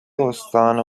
استان